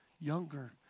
younger